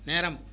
நேரம்